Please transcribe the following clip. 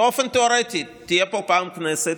באופן תיאורטי תהיה פה פעם כנסת,